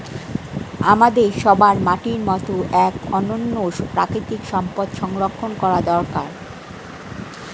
আমাদের সবার মাটির মতো এক অনন্য প্রাকৃতিক সম্পদ সংরক্ষণ করা দরকার